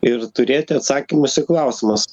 ir turėti atsakymus į klausimus